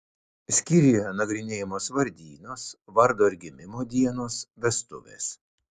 skyriuje nagrinėjamos vardynos vardo ir gimimo dienos vestuvės